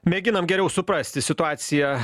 mėginam geriau suprasti situaciją